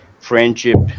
friendship